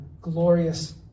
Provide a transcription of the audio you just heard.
glorious